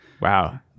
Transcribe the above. Wow